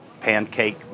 pancake